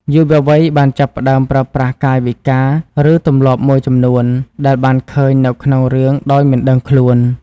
យុវវ័យបានចាប់ផ្តើមប្រើប្រាស់កាយវិការ ឬទម្លាប់មួយចំនួនដែលបានឃើញនៅក្នុងរឿងដោយមិនដឹងខ្លួន។